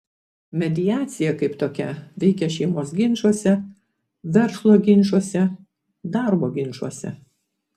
mediacija kaip tokia veikia šeimos ginčuose verslo ginčuose darbo ginčuose